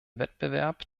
wettbewerb